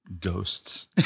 ghosts